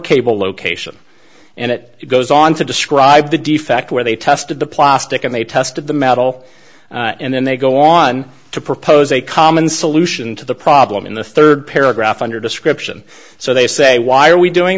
cable location and it goes on to describe the defect they tested the plastic and they tested the metal and then they go on to propose a common solution to the problem in the third paragraph under description so they say why are we doing